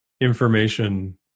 information